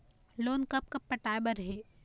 Loan कब कब पटाए बर हे?